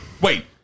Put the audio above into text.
Wait